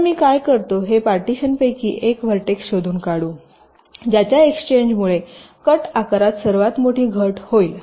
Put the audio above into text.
तर मी काय करतो हे पार्टीशनपैकी एक व्हर्टेक्स शोधून काढू ज्याच्या एक्सचेंजमुळे कट आकारात सर्वात मोठी घट होईल